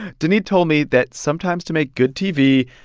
doneen told me that sometimes to make good tv,